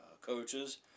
coaches